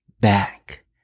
back